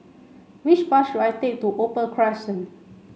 which bus should I take to Opal Crescent